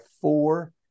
four